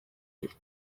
lait